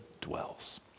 dwells